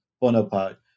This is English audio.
Bonaparte